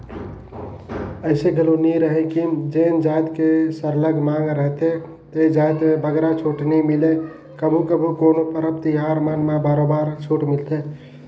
अइसे घलो नी रहें कि जेन जाएत के सरलग मांग रहथे ते जाएत में बगरा छूट नी मिले कभू कभू कोनो परब तिहार मन म बरोबर छूट मिलथे